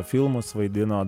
filmus vaidino